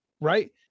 right